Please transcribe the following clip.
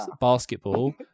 basketball